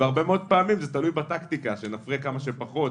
והרבה מאוד פעמים זה תלוי בטקטיקה שנפריע כמה שפחות.